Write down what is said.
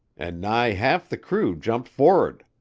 and nigh half the crew jump for'ard.